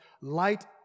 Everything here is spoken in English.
light